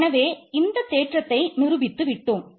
எனவே இந்த தேற்றத்தை நிரூபித்து விட்டோம்